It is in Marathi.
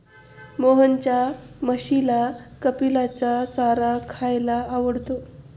मोहनच्या म्हशीला कपिलाचा चारा खायला आवडतो